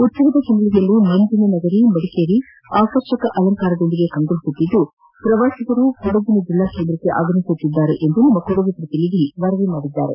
ಉತ್ಸವದ ಹಿನ್ನಲೆಯಲ್ಲಿ ಮಂಜಿನ ನಗರಿ ಮದಿಕೇರಿ ಆಕರ್ಷಕ ಅಲಂಕಾರದೊಂದಿಗೆ ಕಂಗೊಳಿಸುತ್ತಿದ್ದು ಪ್ರವಾಸಿಗರು ಕೊಡಗಿನ ಜಿಲ್ಲಾ ಕೇಂದ್ರಕ್ಕೆ ಆಗಮಿಸುತ್ತಿದ್ದಾರೆ ಎಂದು ನಮ್ಮ ಕೊಡಗು ಪ್ರತಿನಿಧಿ ವರದಿ ಮಾಡಿದ್ದಾರೆ